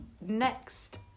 next